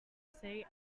city